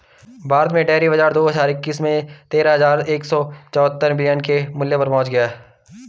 भारत में डेयरी बाजार दो हज़ार इक्कीस में तेरह हज़ार एक सौ चौहत्तर बिलियन के मूल्य पर पहुंच गया